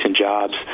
jobs